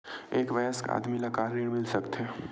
एक वयस्क आदमी ला का ऋण मिल सकथे?